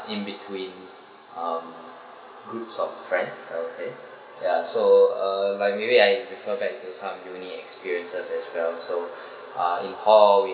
in between um groups of friends I would say ya so uh like maybe I refer back to some uni experiences as well so uh in hall we